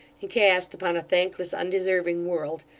and cast upon a thankless, undeserving world,